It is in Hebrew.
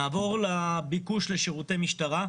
נעבור לביקוש לשירותי משטרה.